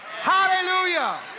Hallelujah